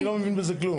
אני לא מבין בזה כלום.